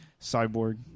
cyborg